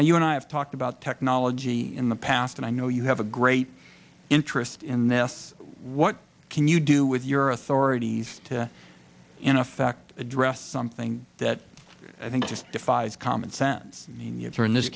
and you and i have talked about technology in the past and i know you have a great interest in this what can you do with your authorities to in effect address something that i think just defies common sense you